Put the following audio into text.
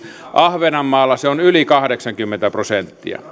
ahvenanmaalla se on yli kahdeksankymmentä prosenttia